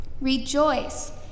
Rejoice